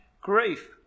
grief